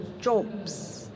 jobs